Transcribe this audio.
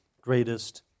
greatest